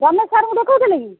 ରମେଶ ସାର୍ଙ୍କୁ ଦେଖାଉଥିଲେ କି